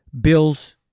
Bills